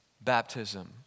baptism